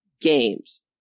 games